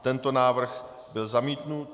Tento návrh byl zamítnut.